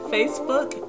Facebook